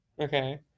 Okay